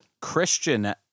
Christian